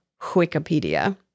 Wikipedia